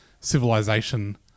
civilization